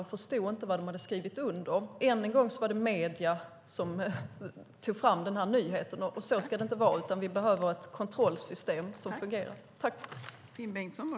De förstod inte vad de hade skrivit under. Än en gång var det medierna som tog fram den här nyheten. Så ska det inte vara, utan vi behöver ett kontrollsystem som fungerar.